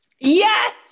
Yes